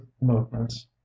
movements